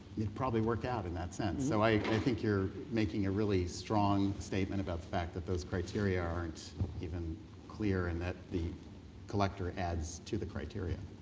probably work out in that sense. so i think you're making a really strong statement about the fact that those criteria aren't even clear and that the collector adds to the criteria.